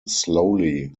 slowly